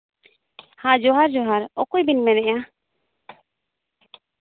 ᱦᱮᱸ ᱡᱚᱦᱟᱨ ᱡᱚᱦᱟᱨ ᱚᱠᱚᱭ ᱵᱤᱱ ᱢᱮᱱᱮᱜᱼᱟ